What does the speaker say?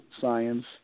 science